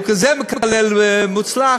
הוא כזה מקלל מוצלח,